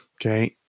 okay